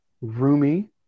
roomy